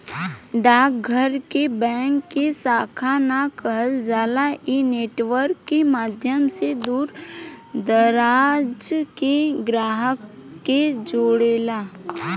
डाक घर के बैंक के शाखा ना कहल जाला इ नेटवर्क के माध्यम से दूर दराज के ग्राहक के जोड़ेला